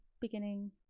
beginning